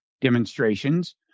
demonstrations